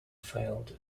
failed